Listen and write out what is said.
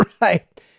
right